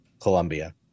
Colombia